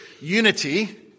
unity